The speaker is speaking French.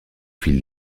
fil